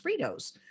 Fritos